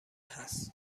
هست